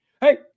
hey